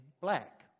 black